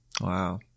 Wow